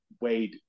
weighed